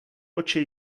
oči